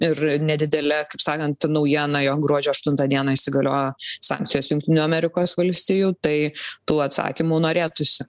ir nedidelė kaip sakant naujiena jog gruodžio aštuntą dieną įsigaliojo sankcijos jungtinių amerikos valstijų tai tų atsakymų norėtųsi